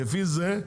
לפי זה,